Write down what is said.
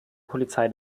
polizei